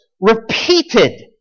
repeated